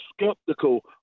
skeptical